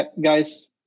guys